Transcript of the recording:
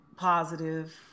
positive